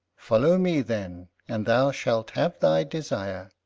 follow me, then, and thou shalt have thy desire.